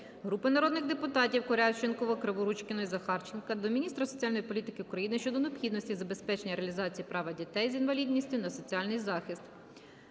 Групи народних депутатів (Корявченкова, Криворучкіної, Захарченка) до міністра соціальної політики України щодо необхідності забезпечення реалізації права дітей з інвалідністю на соціальний захист.